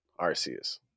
Arceus